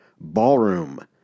Ballroom